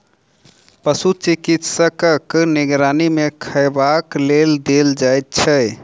पशु चिकित्सकक निगरानी मे खयबाक लेल देल जाइत छै